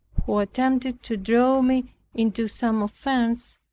who attempted to draw me into some offence,